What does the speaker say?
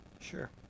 Sure